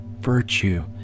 virtue